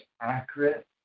accurate